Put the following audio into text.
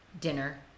dinner